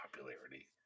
Popularity